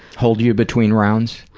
hold you between rounds?